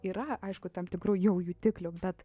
yra aišku tam tikrų jau jutiklių bet